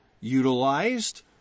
utilized